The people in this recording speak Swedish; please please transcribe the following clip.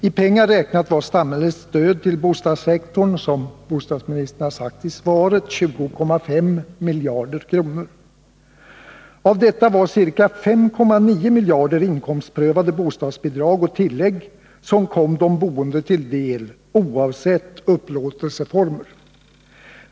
I pengar räknat var samhällets stöd till bostadssektorn — som bostadsministern har sagt i svaret — 20,5 miljarder kronor. Av detta var ca 5,9 miljarder inkomstprövade bostadsbidrag och tillägg som kom de boende till del oavsett upplåtelseformer.